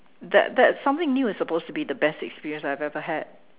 that that something new is supposed to be the best experience I've ever had